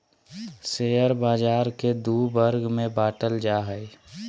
share बाज़ार के दू वर्ग में बांटल जा हइ